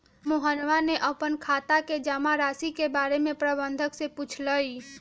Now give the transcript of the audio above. मोहनवा ने अपन खाता के जमा राशि के बारें में प्रबंधक से पूछलय